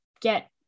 get